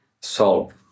solve